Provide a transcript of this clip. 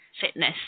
fitness